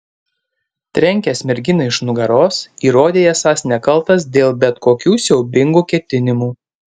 trenkęs merginai iš nugaros įrodei esąs nekaltas dėl bet kokių siaubingų ketinimų